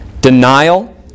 denial